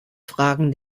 fragen